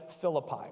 Philippi